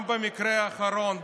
גם במקרה האחרון,